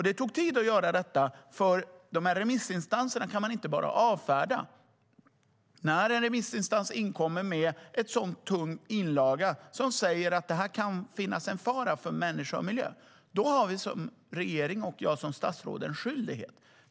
Det tog tid att göra detta, för de här remissinstanserna kan man inte bara avfärda. När en remissinstans inkommer med en tung inlaga som säger att här kan finnas en fara för människa och miljö, då har vi som regering och jag som statsråd en skyldighet.